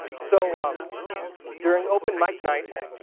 so um during open mike nights,